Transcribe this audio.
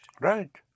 Right